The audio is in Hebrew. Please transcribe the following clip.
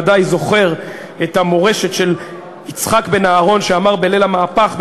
בוודאי זוכר את המורשת של יצחק בן-אהרון שאמר בליל המהפך,